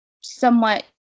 somewhat